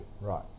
Right